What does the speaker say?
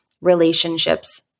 relationships